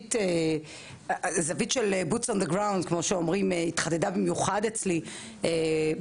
הזוויות של רגליים על הקרקע התחדדה במיוחד אצלי בתוך